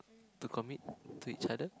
to commit to each other